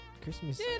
Christmas